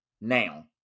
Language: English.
now